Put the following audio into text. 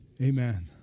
amen